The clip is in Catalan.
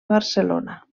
barcelona